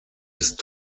ist